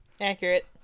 Accurate